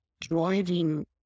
driving